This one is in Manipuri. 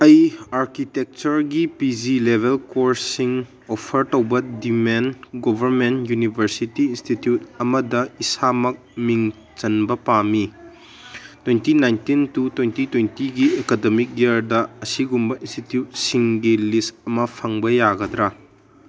ꯑꯩ ꯑꯥꯔꯀꯤꯇꯦꯛꯆꯔꯒꯤ ꯄꯤ ꯖꯤ ꯂꯦꯕꯦꯜ ꯀꯣꯔꯁꯁꯤꯡ ꯑꯣꯐꯔ ꯇꯧꯕ ꯗꯤꯃꯦꯟ ꯒꯣꯕꯔꯃꯦꯟ ꯌꯨꯅꯤꯕꯔꯁꯤꯇꯤ ꯏꯟꯁꯇꯤꯇ꯭ꯌꯨꯠ ꯑꯃꯗ ꯏꯁꯥꯃꯛ ꯃꯤꯡ ꯆꯟꯕ ꯄꯥꯝꯃꯤ ꯇ꯭ꯋꯦꯟꯇꯤ ꯅꯥꯏꯟꯇꯤꯟ ꯇꯨ ꯇ꯭ꯋꯦꯟꯇꯤ ꯇ꯭ꯋꯦꯟꯇꯤꯒꯤ ꯑꯦꯀꯥꯗꯃꯤꯛ ꯏꯌꯔꯗ ꯑꯁꯤꯒꯨꯝꯕ ꯏꯟꯁꯇꯤꯇ꯭ꯌꯨꯠꯁꯤꯡꯒꯤ ꯂꯤꯁ ꯑꯃ ꯐꯪꯕ ꯌꯥꯒꯗ꯭ꯔꯥ